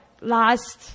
last